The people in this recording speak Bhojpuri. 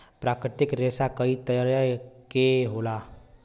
प्राकृतिक रेसा कई तरे क होला